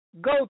go